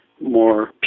more